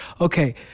okay